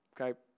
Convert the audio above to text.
Okay